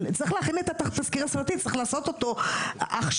צריך להכין את התסקיר וצריך לעשות אותו עכשיו.